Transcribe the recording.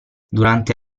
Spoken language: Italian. durante